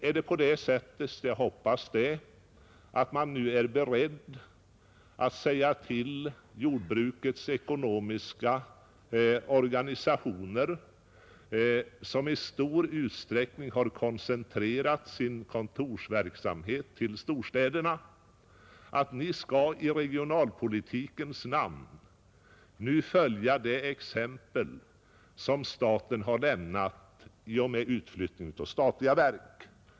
Är det så — vilket jag hoppas — att ni nu är beredda att säga till jordbrukets ekonomiska organisationer, som i stor utsträckning har koncentrerat sin kontorsverksamhet till storstäderna, att ni skall i regionalpolitikens namn nu följa det exempel som staten har givit i och med utflyttningen av statliga verk?